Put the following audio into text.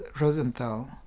Rosenthal